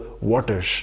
waters